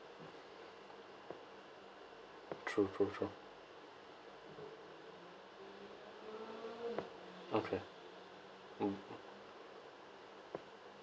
true true true okay mm